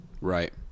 Right